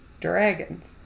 dragons